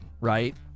right